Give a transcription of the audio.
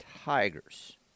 Tigers